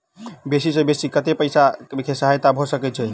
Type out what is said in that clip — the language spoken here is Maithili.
बेसी सऽ बेसी कतै पैसा केँ सहायता भऽ सकय छै?